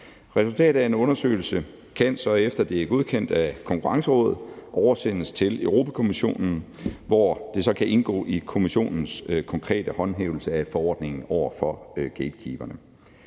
Resultatet af en undersøgelse kan så, efter at det er godkendt af Konkurrencerådet, oversendes til Europa-Kommissionen, hvor det så kan indgå i Kommissionens konkrete håndhævelse af forordningen over for gatekeeperne.